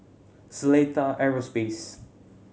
Seletar Aerospace